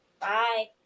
Bye